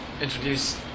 introduce